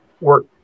work